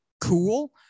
cool